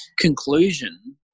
conclusion